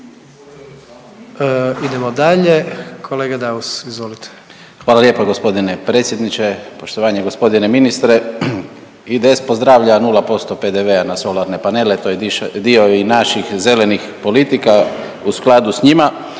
Idemo dalje, kolega Daus izvolite. **Daus, Emil (IDS)** Hvala lijepa g. predsjedniče. Poštovanje g. ministre. IDS pozdravlja 0% PDV-a na solarne panele to je dio i naših zelenih politika u skladu s njima,